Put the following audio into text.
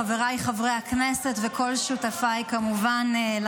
חבריי חברי הכנסת וכמובן כל שותפיי לחוק,